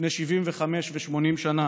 לפני 75 ו-80 שנה,